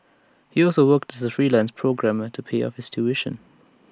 he also worked as A freelance programmer to pay off his tuition